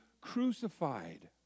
crucified